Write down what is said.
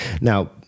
Now